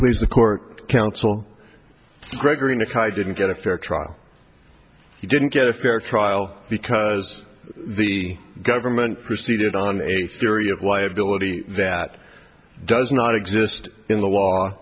please the court counsel gregory nick i didn't get a fair trial he didn't get a fair trial because the government proceeded on a theory of liability that does not exist in the law